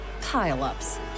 pile-ups